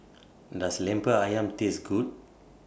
Does Lemper Ayam Taste Good